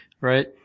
right